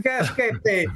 kažkaip tai